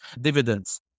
dividends